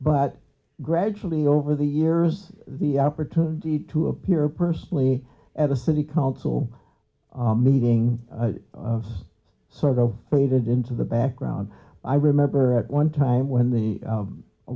but gradually over the years the opportunity to appear personally at the city council meeting sort of faded into the background i remember at one time when the